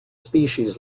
species